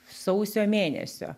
sausio mėnesio